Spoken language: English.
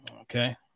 okay